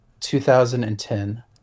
2010